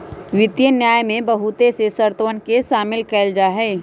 वित्तीय न्याय में बहुत से शर्तवन के शामिल कइल जाहई